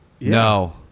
No